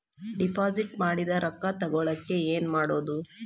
Deposit ಮಾಡಿದ ರೊಕ್ಕ ತಗೋಳಕ್ಕೆ ಏನು ಮಾಡೋದು?